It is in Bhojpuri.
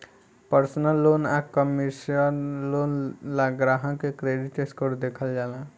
पर्सनल लोन आ कमर्शियल लोन ला ग्राहक के क्रेडिट स्कोर देखल जाला